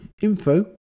info